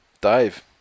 Dave